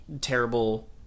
terrible